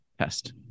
Test